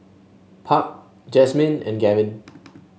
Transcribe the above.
Park Jasmyn and Gavin